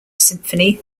symphony